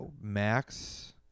Max